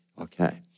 Okay